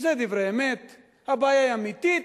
זה דברי אמת, הבעיה היא אמיתית,